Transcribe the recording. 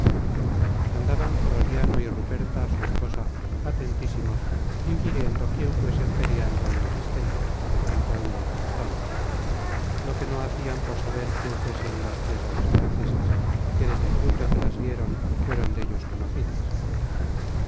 andaban croriano y ruperta su esposa atentísimos inquiriendo quién fuesen periandro y auristela antonio y constanza lo que no hacian por saber quién fuesen las tres damas francesas que desde el punto que las vieron fueron dellos conocidas